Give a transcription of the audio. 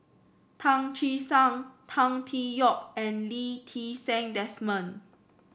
Tan Che Sang Tan Tee Yoke and Lee Ti Seng Desmond